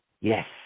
Yes